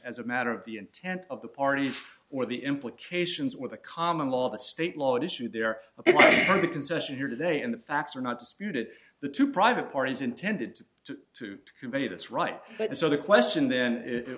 as a matter of the intent of the parties or the implications with the common law of a state law issue there ok the concession here today and the facts are not disputed the two private parties intended to to convey this right so the question then i